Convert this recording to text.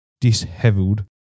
dishevelled